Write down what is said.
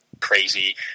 crazy